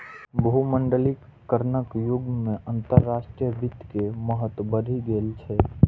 भूमंडलीकरणक युग मे अंतरराष्ट्रीय वित्त के महत्व बढ़ि गेल छै